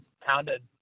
pounded